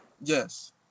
Yes